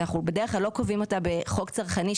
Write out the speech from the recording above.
אנחנו בדרך כלל לא קובעים אותה בחוק צרכני,